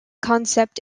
concept